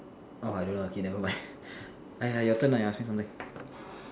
orh I don't know okay never mind !aiya! your turn lah you say something